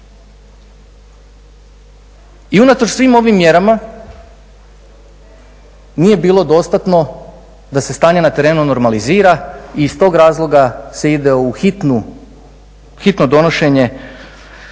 I unatoč svim ovim mjerama nije bilo dostatno da se stanje na terenu normalizira. I iz tog razloga se ide u hitno donošenje